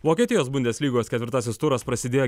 vokietijos bundeslygos ketvirtasis turas prasidėjo